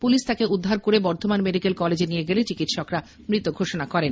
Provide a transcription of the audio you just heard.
police তাকে উদ্ধার করে বর্ধমান মেডিক্যাল কলেজে নিয়ে গেলে চিকিৎসকরা মৃত ঘোষণা করেন